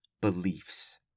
beliefs